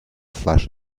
flesh